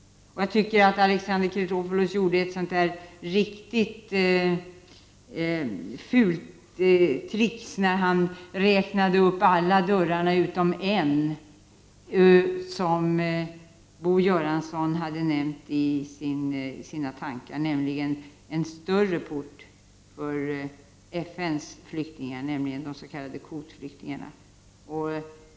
Jag tycker att Alexander Chrisopoulos gjorde ett riktigt fult trick när han räknade upp alla dörrar utom en, av dem Bo Göransson hade nämnt då han utvecklade sina tankegångar, nämligen en större port för FN:s flyktingar, de s.k. kvotflyktingarna.